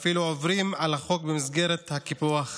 ואפילו עוברים על החוק במסגרת הקיפוח,